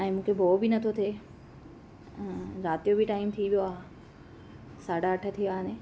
ऐं मूंखे भउ बि नथो थिए राति जो बि टाइम थी वियो आहे साढा अठ थिया आहिनि